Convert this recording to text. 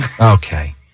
Okay